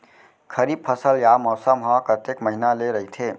खरीफ फसल या मौसम हा कतेक महिना ले रहिथे?